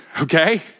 okay